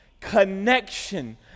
connection